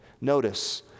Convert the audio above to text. Notice